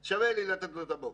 שווה לו לתת את הבוקס.